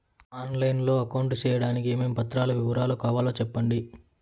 On line లో account సేయడానికి ఏమేమి పత్రాల వివరాలు కావాలో సెప్పండి?